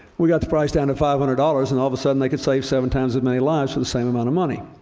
we got the price down to five hundred dollars. and all of a sudden, they could save seven times as many lives for the same amount of money.